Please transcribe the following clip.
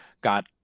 got